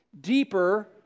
Deeper